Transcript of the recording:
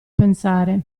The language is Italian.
pensare